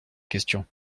question